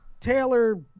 Taylor